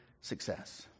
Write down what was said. success